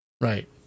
Right